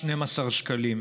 12 שקלים,